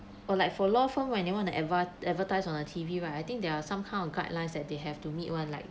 or like for law firm when you want to advan~ advertised on a T_V right I think there are some kind of guidelines that they have to meet [one] like